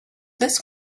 this